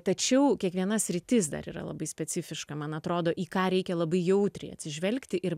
tačiau kiekviena sritis dar yra labai specifiška man atrodo į ką reikia labai jautriai atsižvelgti ir